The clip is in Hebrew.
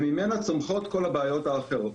וממנה צומחות כל הבעיות האחרות.